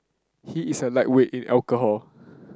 he is a lightweight in alcohol